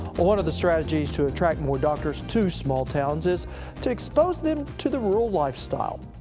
one of the strategies to attract more doctors to small towns is to expose them to the rural lifestyle.